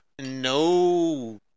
No